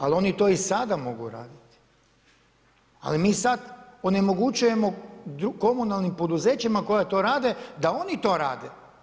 Ali oni to i sada mogu raditi, ali mi sada onemogućujemo komunalnim poduzećima koja to rade da oni to rade.